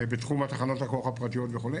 ובתחום תחנות הכוח הפרטיות וכו',